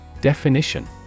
Definition